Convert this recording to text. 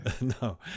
no